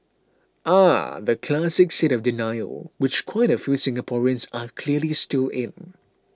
ah the classic state of denial which quite a few Singaporeans are clearly still in